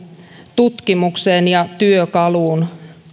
tutkimukseen ja työkaluun